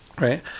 Right